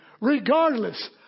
regardless